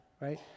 right